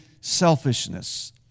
selfishness